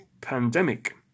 pandemic